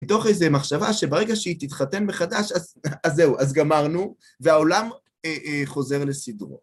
מתוך איזו מחשבה שברגע שהיא תתחתן מחדש, אז זהו, אז גמרנו, והעולם חוזר לסדרו.